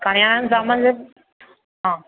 કરિયાણાનો સમાન છે ને